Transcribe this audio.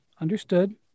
Understood